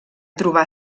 trobà